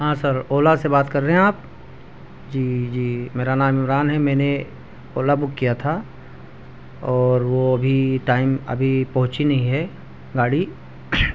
ہاں sir Ola سے بات کر رہے ہیں آپ جی جی میرا نام عمران ہے میں نے اولا بک کیا تھا اور وہ ابھی ٹائم ابھی پہنچی نہیں ہے گاڑی